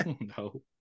No